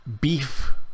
beef